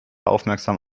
aufmerksam